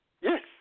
Yes